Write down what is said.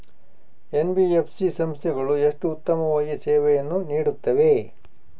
NBFC ಸಂಸ್ಥೆಗಳು ಎಷ್ಟು ಉತ್ತಮವಾಗಿ ಸೇವೆಯನ್ನು ನೇಡುತ್ತವೆ?